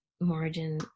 margin